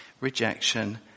rejection